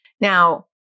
Now